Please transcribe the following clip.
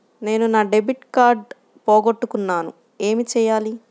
నేను నా debit card పోగొట్టుకున్నాను ఏమి చేయాలి?